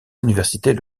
universités